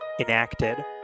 enacted